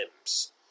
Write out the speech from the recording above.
limbs